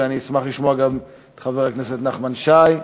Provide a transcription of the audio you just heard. ואני אשמח לשמוע גם את חבר הכנסת נחמן שי,